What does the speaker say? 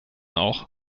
auch